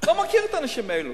לא מכיר את האנשים האלה,